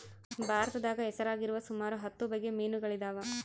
ಭಾರತದಾಗ ಹೆಸರಾಗಿರುವ ಸುಮಾರು ಹತ್ತು ಬಗೆ ಮೀನುಗಳಿದವ